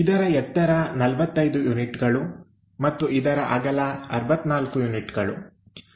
ಇದರ ಎತ್ತರ 45 ಯೂನಿಟ್ಗಳು ಮತ್ತು ಇದರ ಅಗಲ 64 ಯೂನಿಟ್ಗಳು